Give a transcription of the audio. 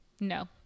no